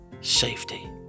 safety